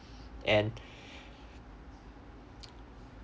and